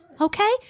Okay